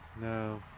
No